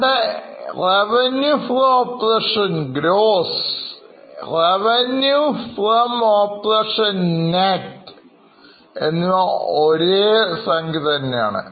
ഇവിടെ Revenue from operations ഒരേ Number തന്നെയാണ്